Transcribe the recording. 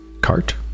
cart